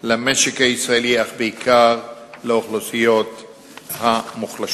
למשק הישראלי, אך בעיקר לאוכלוסיות המוחלשות.